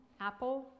apple